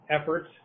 efforts